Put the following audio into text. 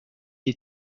est